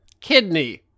Kidney